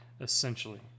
essentially